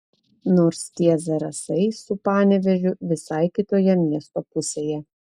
nors tie zarasai su panevėžiu visai kitoje miesto pusėje